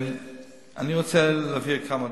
אני רוצה להבהיר כמה דברים.